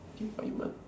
K what you want